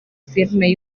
filime